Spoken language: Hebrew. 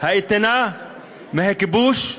האיתנה על הכיבוש,